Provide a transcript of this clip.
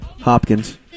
Hopkins